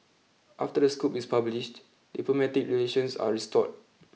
after the scoop is published diplomatic relations are restored